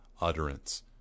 utterance